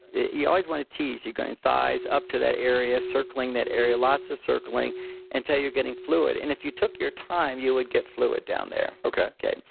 you always want to tease. you're going thighs, up to that area, circling that area, lots of circling until you're getting fluid. and if you took your time, you would get fluid down there. okay. good.